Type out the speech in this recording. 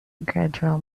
gradual